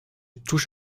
touche